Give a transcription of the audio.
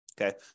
okay